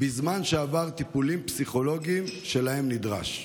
בזמן שעבר טיפולים פסיכולוגיים שנדרש להם.